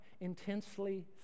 intensely